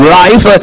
life